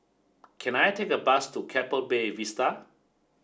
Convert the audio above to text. can I take a bus to Keppel Bay Vista